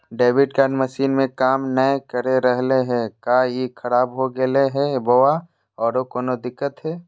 Debit card machine में काम नाय कर रहले है, का ई खराब हो गेलै है बोया औरों कोनो दिक्कत है?